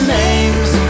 names